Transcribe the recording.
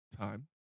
time